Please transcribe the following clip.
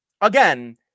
again